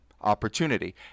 opportunity